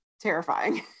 terrifying